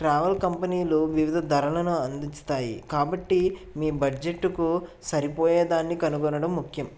travel కంపెనీలు వివిధ ధరలను అందిస్తాయి కాబట్టి మీ బడ్జెట్కు సరిపోయే దాన్ని కనుగొనడం ముఖ్యం